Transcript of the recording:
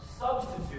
substitute